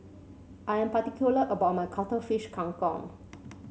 I am particular about my Cuttlefish Kang Kong